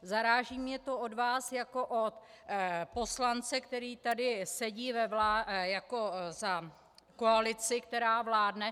Zaráží mě to od vás jako od poslance, který tady sedí jako za koalici, která vládne.